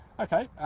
okay,